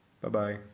Bye-bye